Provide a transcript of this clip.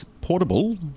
portable